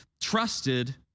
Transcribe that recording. trusted